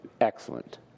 excellent